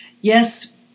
Yes